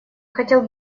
хотел